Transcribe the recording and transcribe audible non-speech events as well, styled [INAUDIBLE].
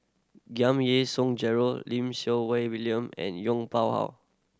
Giam Yean Song Gerald Lim Siew [UNINTELLIGIBLE] William and Yong Pung How